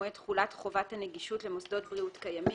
מועד תחולת חובת הנגישות למוסדות בריאות קיימים),